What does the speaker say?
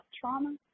trauma